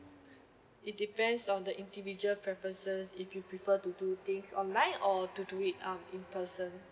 it depends on the individual preferences if you prefer to do things online or to do it um in person